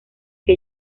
que